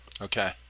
Okay